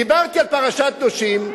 דיברתי על פרשת קדושים.